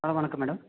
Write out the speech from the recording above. ஆ வணக்கம் மேடம்